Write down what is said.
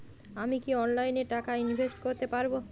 আমি কি অনলাইনে টাকা ইনভেস্ট করতে পারবো?